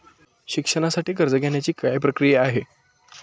शिक्षणासाठी कर्ज घेण्याची काय प्रक्रिया आहे?